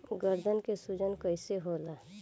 गर्दन के सूजन कईसे होला?